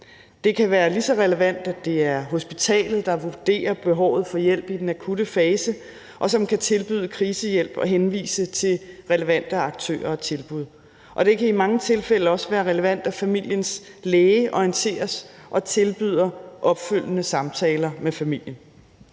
Det kan være lige så relevant, at det er hospitalet, der vurderer behovet for hjælp i den akutte fase, og som kan tilbyde krisehjælp og henvise til relevante aktører og tilbud. Det kan i mange tilfælde også være relevant, at familiens læge orienteres og tilbyder opfølgende samtaler med familien.